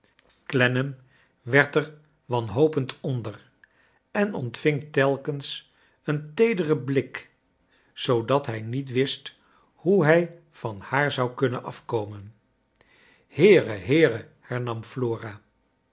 olennam werd er wanhopend onder en ontving telkens een teederen blik zoodat hij niet wist hoe hij van haar zou kunnen afkomen heere heere hernam